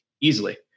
easily